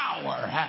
power